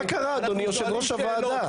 מה קרה יושב ראש הוועדה.